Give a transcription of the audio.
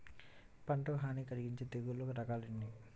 పంటకు హాని కలిగించే తెగుళ్ల రకాలు ఎన్ని?